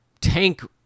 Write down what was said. tank